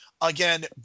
again